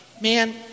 man